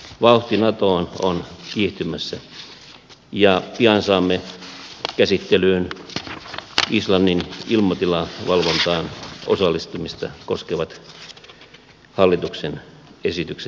vauhti natoon on kiihtymässä ja pian saamme käsittelyyn islannin ilmatilan valvontaan osallistumista koskevat hallituksen esitykset ja päätökset